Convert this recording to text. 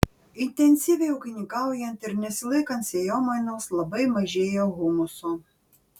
intensyviai ūkininkaujant ir nesilaikant sėjomainos labai mažėja humuso